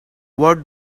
what